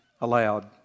aloud